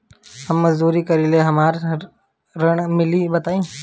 हम मजदूरी करीले हमरा ऋण मिली बताई?